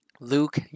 Luke